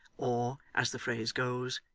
or, as the phrase goes,